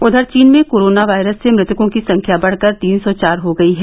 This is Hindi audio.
उधर चीन में कोरोना वायरस से मृतकों की संख्या बढ़कर तीन सौ चार हो गई है